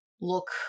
look